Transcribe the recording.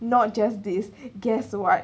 not just this guess what